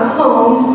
home